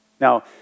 Now